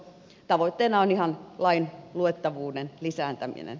tavoitteena on ihan lain luettavuuden lisääminen